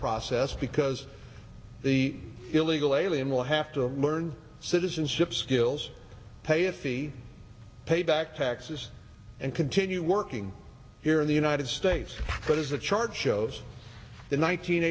process because the illegal alien will have to learn citizenship skills pay a fee pay back taxes and continue working here in the united states but as the chart shows the